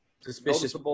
suspicious